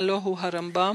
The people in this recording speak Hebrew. הלוא הוא הרמב"ם,